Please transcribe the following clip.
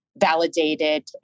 validated